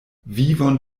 vivon